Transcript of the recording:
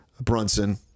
Brunson